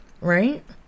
Right